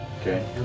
Okay